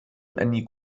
أني